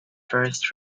first